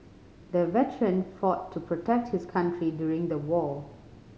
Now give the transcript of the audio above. the veteran fought to protect his country during the war